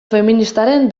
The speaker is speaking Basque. feministaren